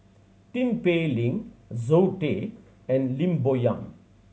Tin Pei Ling Zoe Tay and Lim Bo Yam